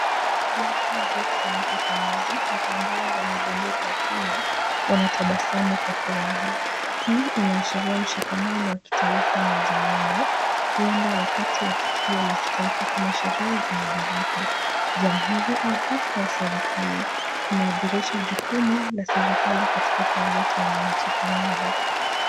Watu waliokusanyika pamoja na ambao wana bendera ya Kenya wanatabasamu kwa furaha. Hii inaashiria mshikamano wa kitaifa na uzalendo. Huenda wakati wa tukio la kitaifa kama sherehe za madaraka, jamhuri au hafla ya serikali. Ina adhirisha jukumu la serikali katika kuwaleta wananchi pamoja.